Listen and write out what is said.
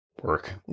work